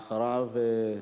ואחריו,